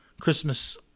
Christmas